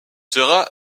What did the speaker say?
sera